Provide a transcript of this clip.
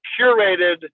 curated